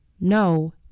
No